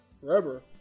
forever